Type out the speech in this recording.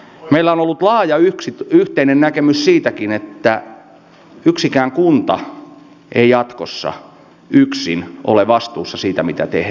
meillä on ollut laaja yhteinen näkemys siitäkin että yksikään kunta ei jatkossa yksin ole vastuussa siitä mitä tehdään